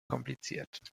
kompliziert